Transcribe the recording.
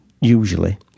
usually